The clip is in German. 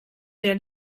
der